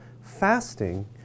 fasting